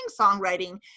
songwriting